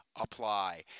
apply